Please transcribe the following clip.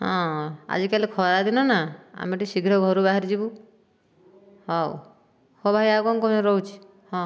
ହଁ ଆଜି କାଲି ଖରାଦିନ ନା ଆମେ ଟିକିଏ ଶୀଘ୍ର ଘରୁ ବାହାରି ଯିବୁ ହେଉ ହେଉ ଭାଇ ଆଉ କ'ଣ କହିବେ ରହୁଛି ହଁ